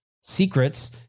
secrets